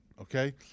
Okay